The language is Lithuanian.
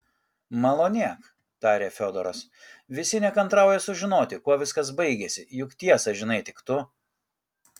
malonėk tarė fiodoras visi nekantrauja sužinoti kuo viskas baigėsi juk tiesą žinai tik tu